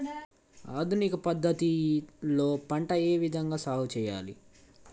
ఆధునిక పద్ధతి లో పంట ఏ విధంగా సాగు చేయాలి?